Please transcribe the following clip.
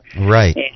Right